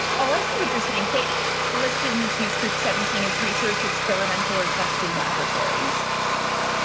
oh, i see what you're saying. they listed in this news group. seventeen is research experimental or testing laboratories.